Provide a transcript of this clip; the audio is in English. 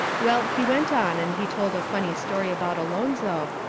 well, he went on and he told a funny story about alonzo,